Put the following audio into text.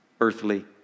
earthly